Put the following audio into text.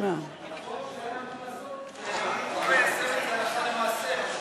הבחור שהיה אמור לעשות את זה יישם את זה הלכה למעשה.